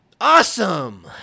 Awesome